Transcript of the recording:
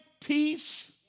peace